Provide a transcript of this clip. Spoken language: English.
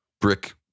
brick